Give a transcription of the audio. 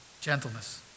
Gentleness